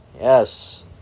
Yes